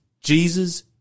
Jesus